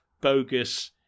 bogus